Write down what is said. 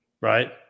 Right